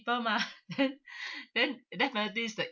mah then then a death penalty is the